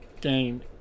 game